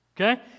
Okay